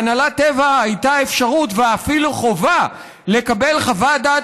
להנהלת טבע הייתה אפשרות ואפילו חובה לקבל חוות דעת